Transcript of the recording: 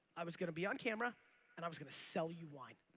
i was gonna be on camera and i was gonna sell you wine.